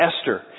Esther